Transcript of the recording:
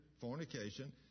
fornication